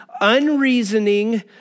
unreasoning